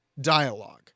dialogue